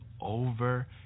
over